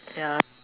ya